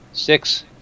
Six